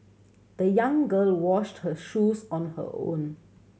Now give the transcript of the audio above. the young girl washed her shoes on her own